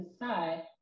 inside